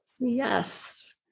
Yes